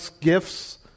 gifts